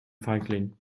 feigling